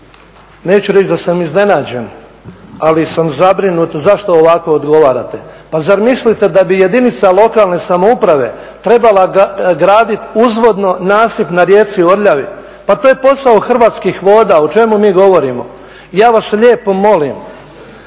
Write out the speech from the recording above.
neću reći da sam iznenađen ali sam zabrinut zašto ovako odgovarate. Pa zar mislite da bi jedinice lokalne samouprave trebala graditi uzvodno nasip na rijeci Orljavi, pa to je posao Hrvatskih voda. O čemu mi govorimo? Ja vas lijepo molim